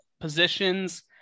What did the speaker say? positions